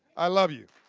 i love you.